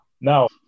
Now